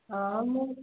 ହଁ ମୁଁ